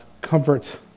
comfort